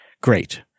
Great